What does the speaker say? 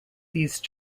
these